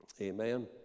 Amen